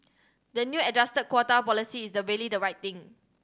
the new adjusted quota policy is the really the right thing